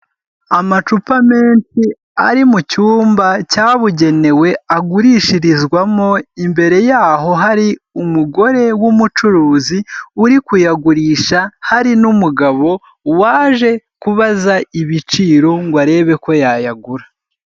Amacupa menshi ari mu cyumba cyabugenewe agurishirizwamo, imbere yaho hari umugore w'umucuruzi uri kuyagurisha, hari n'umugabo waje kubaza ibiciro ngo arebe ko yayagura.